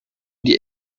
die